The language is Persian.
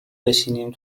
بشنیم